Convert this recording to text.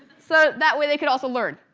so that way they could also learn.